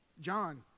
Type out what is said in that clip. John